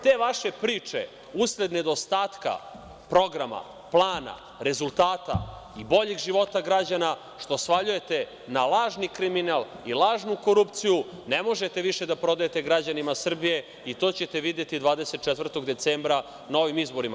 Te vaše priče usled nedostatka programa, plana, rezultata i boljeg života građana, što svaljujete na lažni kriminal i lažnu korupciju, ne možete više da prodajete građanima Srbije i to ćete videti 24. decembra na ovim izborima.